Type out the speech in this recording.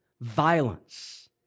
violence